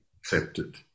accepted